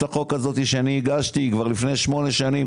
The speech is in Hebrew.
החוק שהגשתי היא כבר לפני שמונה שנים,